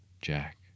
Jack